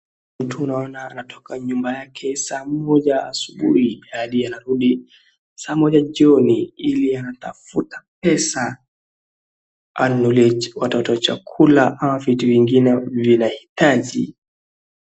Mtu unaona anatoka nyumba yake saa moja asubuhi hadi anarudi saa moja jioni, ili anatafuta pesa anunulie watoto chakula au vitu vingine vinahitaji.